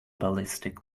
ballistic